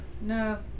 No